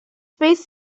space